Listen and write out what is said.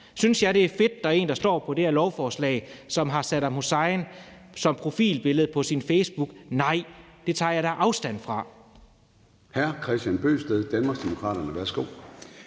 Synes jeg, det er fedt, at der er en, der står på det her lovforslag, som har Saddam Hussein som profilbillede på sin facebookprofil? Nej, det tager jeg da afstand fra. Kl. 10:26 Formanden (Søren Gade): Hr. Kristian Bøgsted, Danmarksdemokraterne. Værsgo.